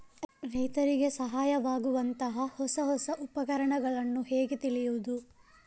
ರೈತರಿಗೆ ಸಹಾಯವಾಗುವಂತಹ ಹೊಸ ಹೊಸ ಉಪಕರಣಗಳನ್ನು ಹೇಗೆ ತಿಳಿಯುವುದು?